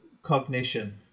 cognition